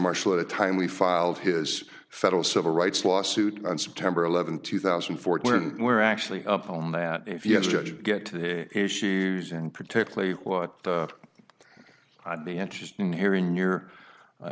marshall in a timely filed his federal civil rights lawsuit on september eleventh two thousand and fourteen and we're actually up on that if you have to judge get to the issues and particularly what i'd be interested in hearing near